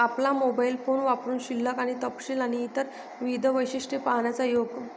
आपला mobile phone वापरुन शिल्लक आणि तपशील आणि इतर विविध वैशिष्ट्ये पाहण्याचा योग